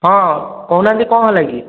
ହଁ କହୁନାହାନ୍ତି କ'ଣ ହେଲା କି